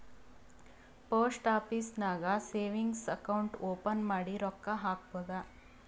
post office ನಾಗ್ savings account open ಮಾಡಿ ರೊಕ್ಕಾ ಹಾಕ್ಬೋದ್